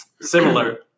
Similar